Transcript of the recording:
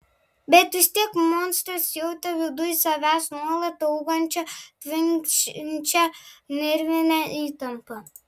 bet vis tiek monstras jautė viduj savęs nuolat augančią tvinksinčią nervinę įtampą